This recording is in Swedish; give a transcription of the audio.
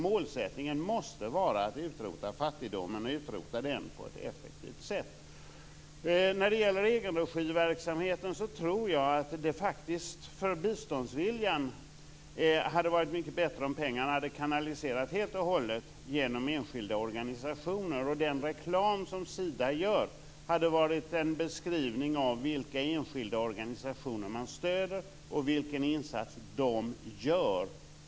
Målet måste vara att utrota fattigdomen och att göra det på ett effektivt sätt. Jag tror att det för biståndsviljan hade varit mycket bättre om pengarna hade kanaliserats helt och hållet genom enskilda organisationer och om den reklam som Sida gör hade varit en beskrivning av vilka enskilda organisationer man stöder och vilken insats de gör.